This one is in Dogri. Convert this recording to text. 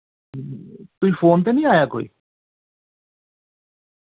तुगी फोन ते निं आया कोई